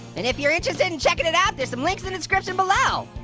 and if you're interested in checking it out, there's some links in the description below.